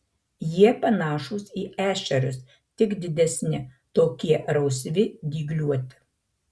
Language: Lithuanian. jie panašūs į ešerius tik didesni tokie rausvi dygliuoti